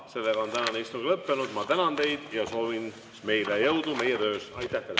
ei ava. Tänane istung on lõppenud. Ma tänan teid ja soovin meile jõudu meie töös. Aitäh teile!